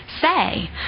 say